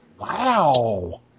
Wow